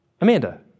Amanda